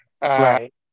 right